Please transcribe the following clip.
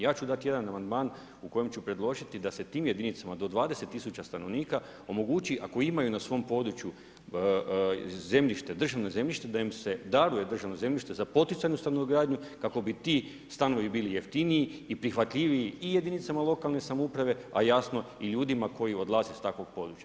Ja ću dat jedan amandman u kojem ću predložiti da se tim jedinicama do 20 000 stanovnika omogući, ako imaju na svom području državno zemljište, da im se daruje državno zemljište za poticajnu stanogradnju kako bi ti stanovi bili jeftiniji i prihvatljiviji i jedinicama lokalne samouprave, a jasno i ljudima koji odlaze s takvog područja.